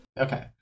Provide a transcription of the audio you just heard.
Okay